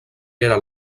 era